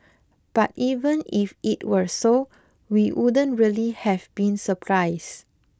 but even if it were so we wouldn't really have been surprised